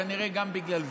כנראה גם בגלל זה.